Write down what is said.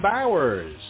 Bowers